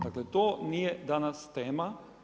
Dakle, to nije danas tema.